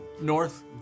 North